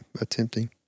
attempting